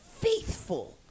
faithful